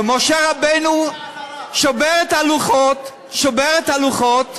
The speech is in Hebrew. ומשה רבנו שובר את הלוחות, שובר את הלוחות,